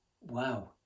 wow